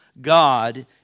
God